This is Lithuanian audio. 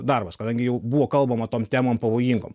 darbas kadangi jau buvo kalbama tom temom pavojingom